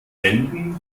händen